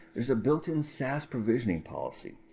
there's a built-in saas provisioning policy.